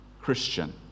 Christian